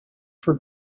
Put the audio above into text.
for